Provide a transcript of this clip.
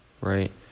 right